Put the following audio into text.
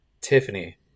Tiffany